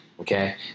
Okay